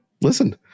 listen